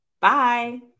Bye